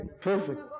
Perfect